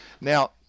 now